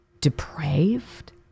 depraved